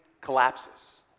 collapses